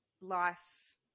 life